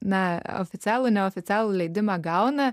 na oficialų neoficialų leidimą gauna